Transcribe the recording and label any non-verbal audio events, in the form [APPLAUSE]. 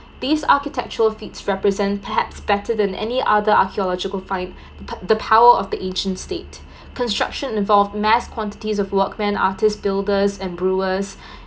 these architectural feats represent perhaps better than any other archaeological find p~ the power of the ancient state construction involve mass quantities of workman artist builders and brewers [BREATH]